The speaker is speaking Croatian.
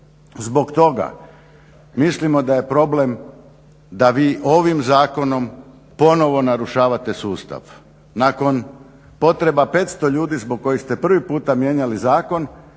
Zbog toga mislimo da je problem da vi ovim zakonom ponovo narušavate sustav. Nakon potreba 500 ljudi zbog kojih ste prvi puta mijenjali zakon,